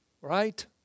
Right